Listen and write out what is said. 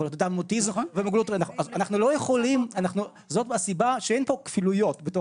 זאת הסיבה שאין פה כפילויות.